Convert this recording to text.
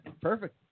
Perfect